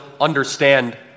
understand